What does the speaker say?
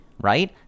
right